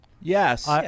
Yes